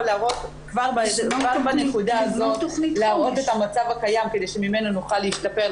להראות כבר בנקודה הזו את המצב הקיים כדי שממנו נוכל להשתפר,